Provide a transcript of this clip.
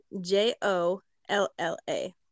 J-O-L-L-A